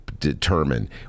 Determine